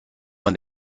when